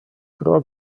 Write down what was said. pro